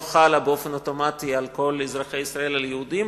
חלה באופן אוטומטי על כל אזרחי ישראל היהודים.